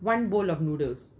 one bowl of noodles